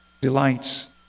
delights